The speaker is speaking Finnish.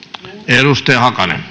arvoisa